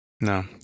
No